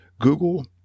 Google